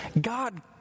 God